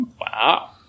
Wow